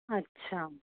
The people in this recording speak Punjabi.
ਅੱਛਾ